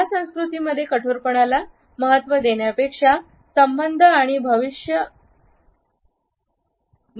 या संस्कृतींमध्ये कठोरपणाला महत्त्व देण्यापेक्षा संबंध आणि भविष्यवाण्यांचे अधिक मूल्य आहे